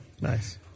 Nice